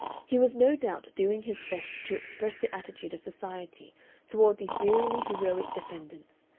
he was no doubt doing his best to express the attitude of society toward these wearily heroic defendants,